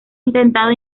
intentado